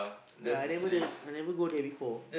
ya I never there I never go there before